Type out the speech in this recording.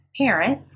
parent